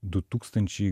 du tūktančiai